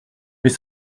mais